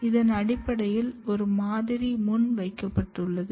இதன் அடிப்படியில் ஒரு மாதிரி முன் வைக்கப்படுகிறது